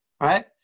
right